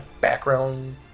background